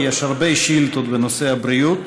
כי יש הרבה שאילתות בנושא הבריאות.